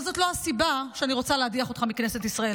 אבל זאת לא הסיבה שאני רוצה להדיח אותך מכנסת ישראל.